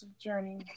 Journey